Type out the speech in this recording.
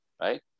Right